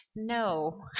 No